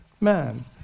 man